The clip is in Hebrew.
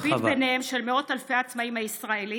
להביט בעיניהם של מאות אלפי העצמאים הישראלים.